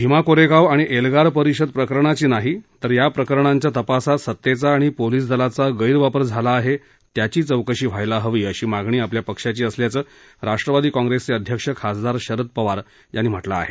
भीमा कोरेगाव आणि एल्गार परिषद प्रकरणाची नाही तर या प्रकरणांच्या तपासात सत्तेचा आणि पोलीस दलाचा गैरवापर झाला आहे त्याची चौकशी व्हायला हवी अशी मागणी आपल्या पक्षाची असल्याचं राष्ट्रवादी कॉंग्रेसचे अध्यक्ष खासदार शरद पवार यांनी म्हटलं आहे